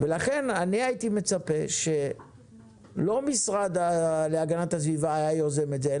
ולכן אני הייתי מצפה שלא המשרד להגנת הסביבה היה יוזם את זה,